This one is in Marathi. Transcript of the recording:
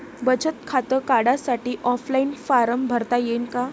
बचत खातं काढासाठी ऑफलाईन फारम भरता येईन का?